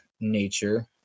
nature